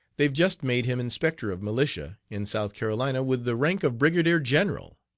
they've just made him inspector of militia in south carolina, with the rank of brigadier-general.